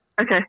Okay